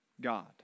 God